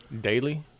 Daily